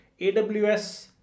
AWS